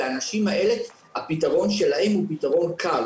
והפתרון של האנשים האלה הוא פתרון קל,